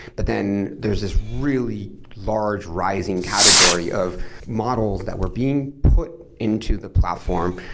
but then there's this really large rising category of models that were being put into the platform,